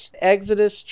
Exodus